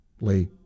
Lee